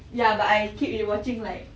ya but I keep re-watching like